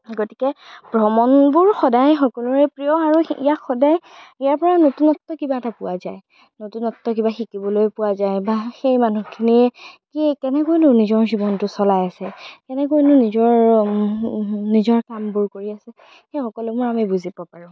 গতিকে ভ্ৰমণবোৰ সদায় সকলোৰে প্ৰিয় আৰু ইয়াক সদায় ইয়াৰপৰা নতুনত্ব কিবা এটা পোৱা যায় নতুনত্ব কিবা শিকিবলৈ পোৱা যায় বা সেই মানুহখিনিয়ে কি কেনেকৈনো নিজৰ জীৱনটো চলাই আছে কেনেকৈনো নিজৰ নিজৰ কামবোৰ কৰি আছে সেই সকলোবোৰ আমি বুজিব পাৰোঁ